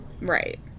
Right